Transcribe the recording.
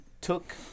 took